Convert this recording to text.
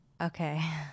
Okay